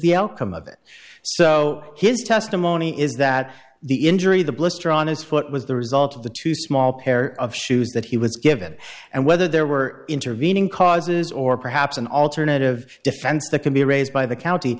the outcome of it so his testimony is that the injury the blister on his foot was the result of the two small pair of shoes that he was given and whether there were intervening causes or perhaps an alternative defense that could be raised by the county